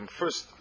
first